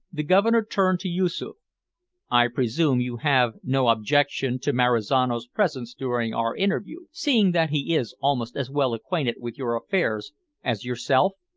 the governor turned to yoosoof i presume you have no objection to marizano's presence during our interview, seeing that he is almost as well acquainted with your affairs as yourself?